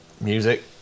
music